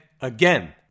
again